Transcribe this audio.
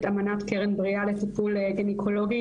את אמנת קרן בריאה לטיפול גניקולוגי,